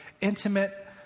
intimate